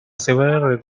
several